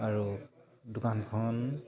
আৰু দোকানখন